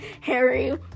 Harry